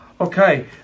Okay